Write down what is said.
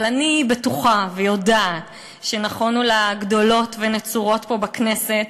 אבל אני בטוחה ויודעת שנכונו לה גדולות ונצורות פה בכנסת,